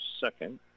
second